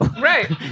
Right